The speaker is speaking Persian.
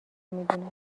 میدونم